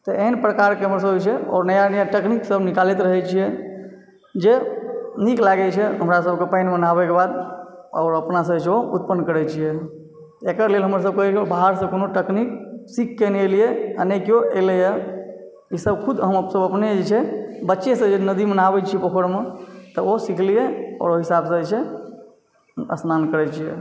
तऽ एहन प्रकारके हमर सभके जे छै आओर नया नया तकनीकसभ निकालैत रहय छियै जे नीक लागै छै हमरासभके पानिमे नहाबएके बाद आओर अपनासँ जे छै ओ उत्पन्न करय छियै एकर लेल हमर सब कहिओ बाहरसँ कोनो तकनीक सीखके नहि एलिए आ न केओ एलय हँ ईसभ खुद हमसभ अपने जे छै बच्चेसँ जे नदीमे नहाबए छियै पोखरिमे तऽ ओ सीखलिए आओर ओहि हिसाबसँ जे छै स्नान करय छियै